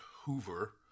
Hoover